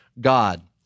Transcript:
God